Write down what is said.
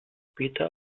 später